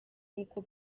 nk’uko